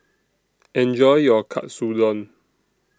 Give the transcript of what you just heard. Enjoy your Katsudon